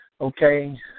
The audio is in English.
Okay